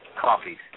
copies